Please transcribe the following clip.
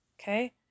Okay